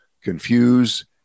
confuse